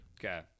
Okay